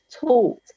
taught